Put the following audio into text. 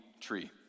tree